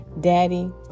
Daddy